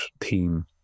team